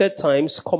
times